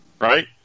right